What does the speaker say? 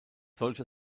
solcher